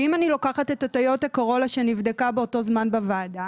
אם אני לוקחת את הטויוטה קורולה שנבדקה באותו זמן בוועדה,